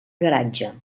garatge